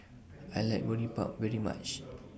I like Boribap very much